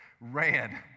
Ran